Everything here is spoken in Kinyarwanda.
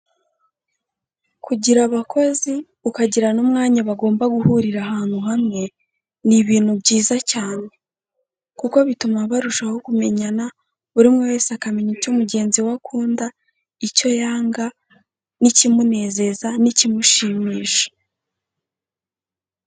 Kugira abakozi ukagira n'umwanya bagomba guhurira ahantu hamwe, ni ibintu byiza cyane. Kuko bituma barushaho kumenyana, buri umwe wese akamenya icyo mugenzi we akunda, icyo yanga, n'ikimunezeza n'ikimushimisha.